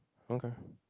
okay